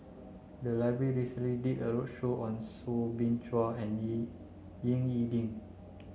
the library recently did a roadshow on Soo Bin Chua and E Ying E Ding